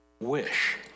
wish